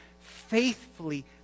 faithfully